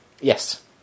Yes